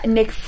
Nick